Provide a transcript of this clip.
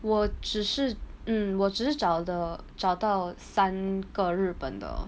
我只是 mm 我只是找的找到三个日本的